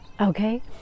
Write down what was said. okay